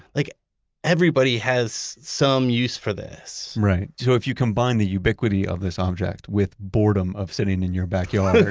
like everybody has some use for this. right. so if you combine the ubiquity of this object with the boredom of sitting in your backyard,